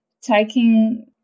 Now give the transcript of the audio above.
taking